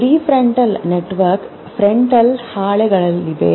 prefrontal network frontal ಹಾಲೆಗಳಲ್ಲಿದೆ